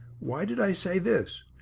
why did i say this?